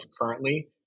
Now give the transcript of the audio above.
currently